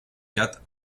quatre